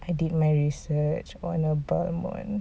I did my research on a balmond